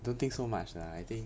don't think so much lah I think